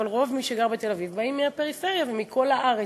אבל רוב מי שגרים בתל-אביב באים מהפריפריה ומכל הארץ.